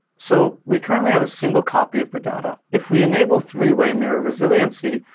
so we currently have a single copy of the data. if we enable three-way mirror resiliency,